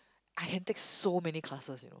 I can take so many classes you know